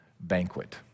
banquet